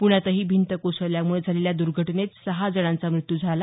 पुण्यातही भिंत कोसळल्यामुळे झालेल्या दर्घटनेत सहा जणांचा मृत्यू झाला